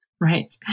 Right